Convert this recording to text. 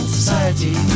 Society